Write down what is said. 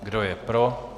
Kdo je pro?